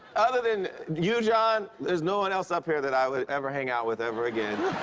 other than you, john, there's no one else up here that i would ever hang out with ever again.